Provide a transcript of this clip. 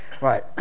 Right